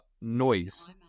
noise